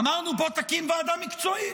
אמרנו: בוא תקים ועדה מקצועית,